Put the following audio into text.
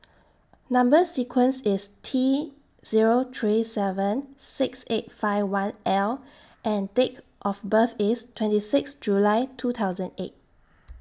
Number sequence IS T Zero three seven six eight five one L and Date of birth IS twenty six July two thousand and eight